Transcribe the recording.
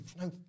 no